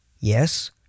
Yes